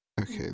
Okay